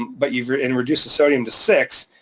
but you've written reduced the sodium to six,